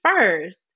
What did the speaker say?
first